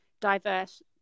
diverse